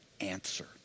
answer